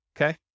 okay